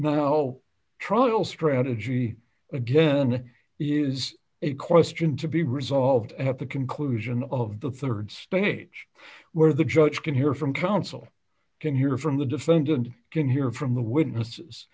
no trial strategy again is a question to be resolved at the conclusion of the rd stage where the judge can hear from counsel can hear from the defendant can hear from the witnesses